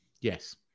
yes